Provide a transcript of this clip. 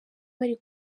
bari